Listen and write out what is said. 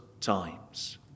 times